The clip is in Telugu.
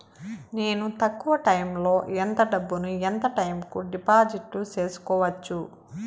నేను తక్కువ టైములో ఎంత డబ్బును ఎంత టైము కు డిపాజిట్లు సేసుకోవచ్చు?